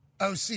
OC